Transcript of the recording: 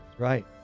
right